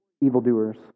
evildoers